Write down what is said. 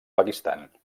pakistan